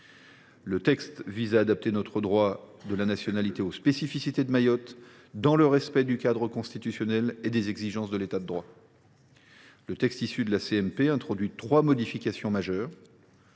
de loi vise à adapter notre droit de la nationalité aux spécificités de Mayotte, dans le respect du cadre constitutionnel et des exigences de l’État de droit. Le texte issu de la commission mixte paritaire introduit trois modifications majeures.